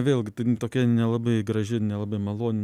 vėlgi tokia nelabai graži nelabai maloni